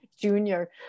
Junior